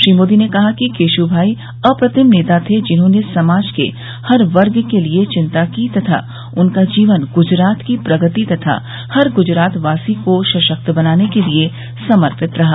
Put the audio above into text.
श्री मोदी ने कहा कि केश्माई अप्रतिम नेता थे जिन्होंने समाज के हर वर्ग के लिए चिन्ता की तथा उनका जीवन ग्जरात की प्रगति तथा हर ग्जरातवासी को सशक्त बनाने के लिए समर्पित रहा